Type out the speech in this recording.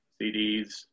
CDs